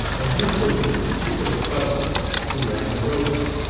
and who was the particular fellow who ran the roadster?